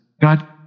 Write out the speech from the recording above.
God